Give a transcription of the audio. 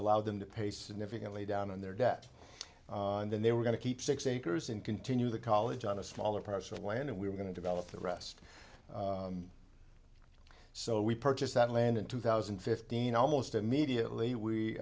allowed them to pay significantly down on their debt and then they were going to keep six acres and continue the college on a smaller parcel of land and we were going to develop the rest so we purchased that land in two thousand and fifteen almost immediately we